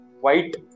white